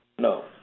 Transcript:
No